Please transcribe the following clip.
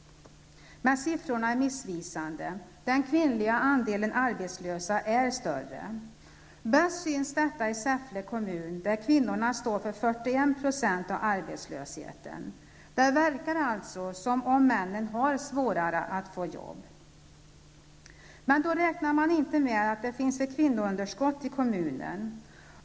Men siffrorna är missvisande. Den kvinnliga andelen är större. Bäst syns detta i Säffle kommun; där står kvinnorna för 41 % av arbetslösheten. Det verkar alltså som om männen har svårare att få jobb. Men då räknar man inte med att det finns ett kvinnounderskott i kommunen.